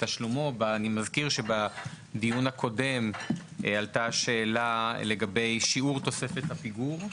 אני מזכיר שבדיון הקודם עלתה שאלה לגבי שיעור תוספת הפיגור,